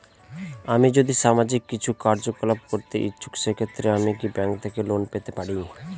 আমি যদি সামাজিক কিছু কার্যকলাপ করতে ইচ্ছুক সেক্ষেত্রে আমি কি ব্যাংক থেকে লোন পেতে পারি?